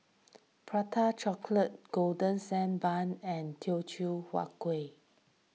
Prata Chocolate Golden Sand Bun and Teochew Huat Kueh